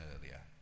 earlier